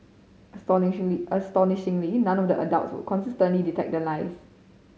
astonishingly astonishingly none of the adults would consistently detect the lies